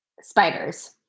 Spiders